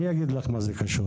אני אגיד לך מה זה קשור,